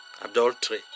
adultery